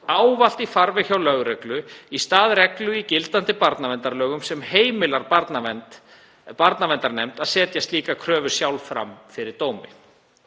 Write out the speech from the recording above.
ávallt í farveg hjá lögreglu í stað reglu í gildandi barnaverndarlögum sem heimilar barnaverndarnefnd að setja slíkar kröfur sjálf fram fyrir dómi.